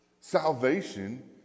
Salvation